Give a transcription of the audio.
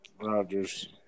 Rodgers